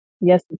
Yes